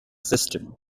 system